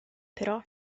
però